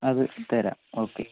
അത് തരാം ഓക്കെ